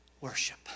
worship